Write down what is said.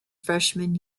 freshman